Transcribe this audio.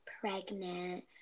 pregnant